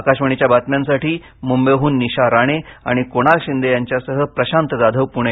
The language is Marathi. आकाशवाणीच्या बातम्यांसाठी मुंबईहून निशा राणे आणि कुणाल शिंदे यांच्यासह प्रशांत जाधव पूणे